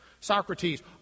Socrates